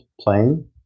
playing